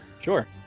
Sure